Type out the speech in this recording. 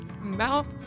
Mouth